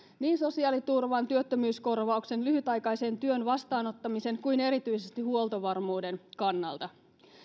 niin sosiaaliturvan työttömyyskorvauksen lyhytaikaisen työn vastaanottamisen kuin erityisesti huoltovarmuuden kannalta